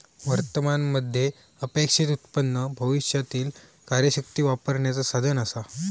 वर्तमान मध्ये अपेक्षित उत्पन्न भविष्यातीला कार्यशक्ती वापरण्याचा साधन असा